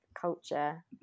culture